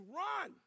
run